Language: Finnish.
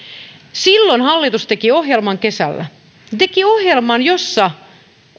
silloin hallitus teki ohjelman kesällä teki ohjelman jossa